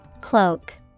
Cloak